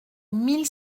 mille